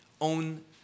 own